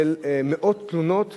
של מאות תלונות